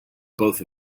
both